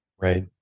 Right